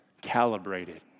calibrated